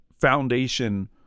foundation